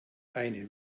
eine